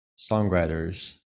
songwriters